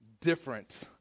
different